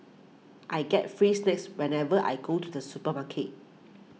I get free snacks whenever I go to the supermarket